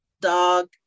dog